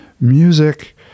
music